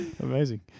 Amazing